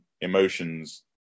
emotions